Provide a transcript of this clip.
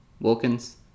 Wilkins